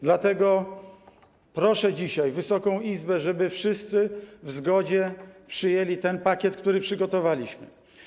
Dlatego proszę dzisiaj Wysoką Izbę, żeby wszyscy w zgodzie przyjęli ten pakiet, który przygotowaliśmy.